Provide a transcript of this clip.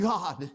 God